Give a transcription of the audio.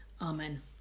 Amen